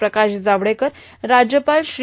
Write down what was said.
प्रकाश जावडेकर राज्यपाल श्री